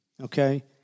Okay